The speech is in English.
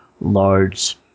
large